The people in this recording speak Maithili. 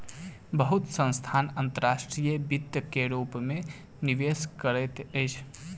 बहुत संस्थान अंतर्राष्ट्रीय वित्तक रूप में निवेश करैत अछि